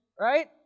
right